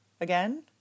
again